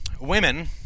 Women